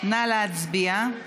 נא להצביע,